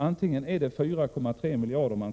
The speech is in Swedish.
Antingen skall 4,3 miljarder